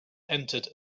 entered